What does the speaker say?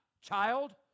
Child